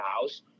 house